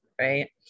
right